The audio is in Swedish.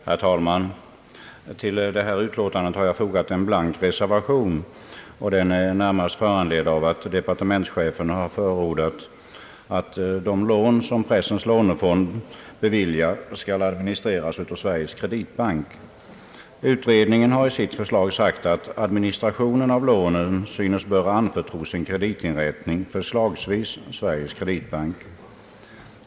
Herr talman! Till detta utlåtande har jag fogat en blank reservation som närmast är föranledd av att departementschefen har förordat att de lån som pressens lånefond beviljar skall administreras av Sveriges kreditbank. Pressutredningen har i sitt förslag sagt att administrationen av lånen synes böra anförtros en kreditinrättning, förslags vis Sveriges kreditbank.